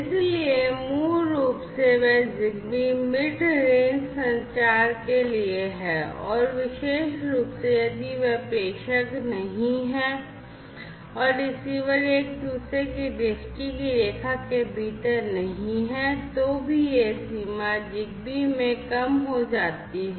इसलिए मूल रूप Zigbee मिड रेंज संचार के लिए हैं और विशेष रूप से यदि वे sender नहीं हैं और रिसीवर एक दूसरे की दृष्टि की रेखा के भीतर नहीं हैं तो भी यह सीमा Zigbee में कम हो जाती है